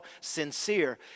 sincere